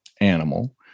animal